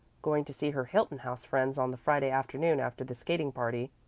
going to see her hilton house friends on the friday afternoon after the skating party,